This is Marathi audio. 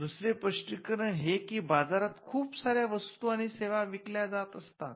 दुसरे स्पष्टीकरण हे की बाजारात खूपसाऱ्या वस्तू आणि सेवा विकल्या जात असतात